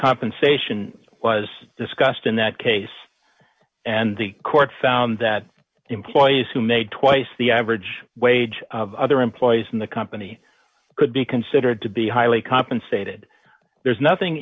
compensation was discussed in that case and the court found that employers who made twice the average wage of other employees in the company could be considered to be highly compensated there's nothing